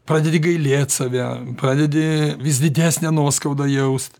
pradedi gailėti save pradedi vis didesnę nuoskaudą jaust